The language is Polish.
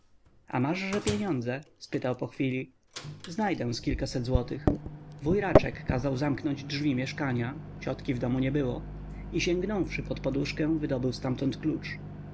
a maszże pieniądze spytał po chwili znajdę z kilkaset złotych wuj raczek kazał zamknąć drzwi mieszkania ciotki w domu nie było i sięgnąwszy pod poduszkę wydobył ztamtąd klucz